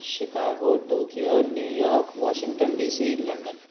Chicago Tokyo New York Washington DC London